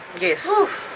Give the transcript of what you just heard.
Yes